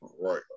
right